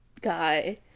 guy